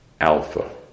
alpha